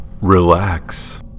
Relax